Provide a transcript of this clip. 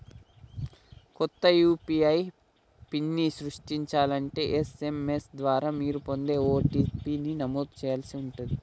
కొత్త యూ.పీ.ఐ పిన్ని సృష్టించాలంటే ఎస్.ఎం.ఎస్ ద్వారా మీరు పొందే ఓ.టీ.పీ ని నమోదు చేయాల్సి ఉంటాది